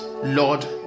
lord